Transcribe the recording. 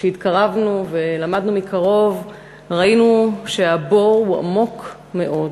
כשהתקרבנו ולמדנו מקרוב ראינו שהבור הוא עמוק מאוד.